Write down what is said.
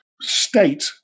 state